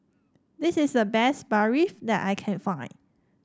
this is the best Barfi that I can find